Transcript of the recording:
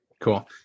cool